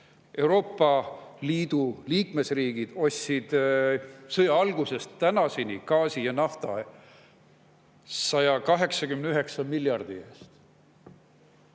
Euroopa Liidu liikmesriigid ostsid sõja algusest tänaseni gaasi ja naftat 189 miljardi eest.